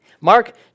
Mark